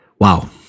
wow